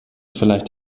vielleicht